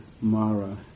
Mara